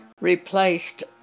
replaced